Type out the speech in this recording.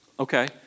Okay